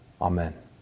Amen